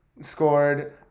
scored